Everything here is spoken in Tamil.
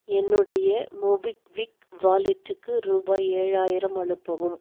என்னுடைய மோபிக்விக் வாலெட்டுக்கு ரூபாய் ஏழாயிரம் அனுப்பவும்